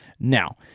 Now